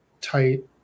tight